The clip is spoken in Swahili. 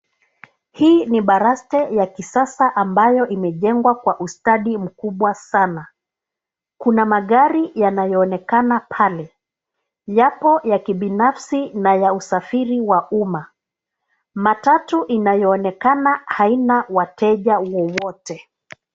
Hii ni baraste ya kisasa ambayo imejengwa kwa ustadi mkubwa sana. Kuna magari yanayoonekana pale. Yapo ya kibinafsi na ya usafiri wa umma. Matatu inayoonekana haina wateja wowote.